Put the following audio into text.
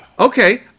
Okay